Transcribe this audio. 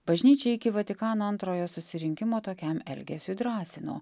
bažnyčia iki vatikano antrojo susirinkimo tokiam elgesiui drąsino